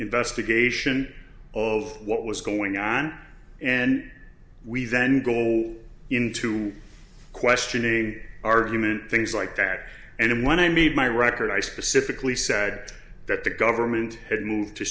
investigation of what was going on and we then go into questioning argument things like that and when i made my record i specifically said that the government had moved to